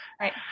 Right